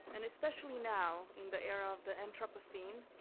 and especially now in the era of the entropy scene,